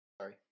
Sorry